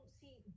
see